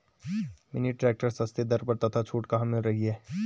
Mini tractor सस्ते दर पर तथा छूट कहाँ मिल रही है?